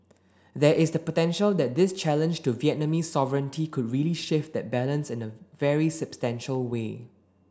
there is the potential that this challenge to Vietnamese sovereignty could really shift that balance in a very substantial way